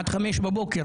עד חמש בבוקר,